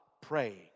praying